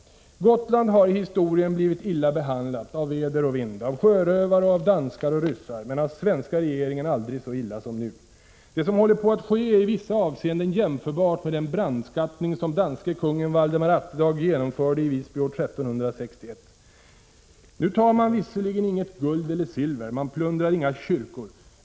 Gotland har i historien blivit illa behandlat av väder och vind, av sjörövare och av danskar och ryssar, men av svenska regeringen aldrig så illa som nu. Det som håller på att ske är i vissa avseenden jämförbart med den brandskattning som danske kungen Valdemar Atterdag genomförde i Visby år 1361. Nu tar man visserligen inget guld eller silver, man plundrar inga kyrkor.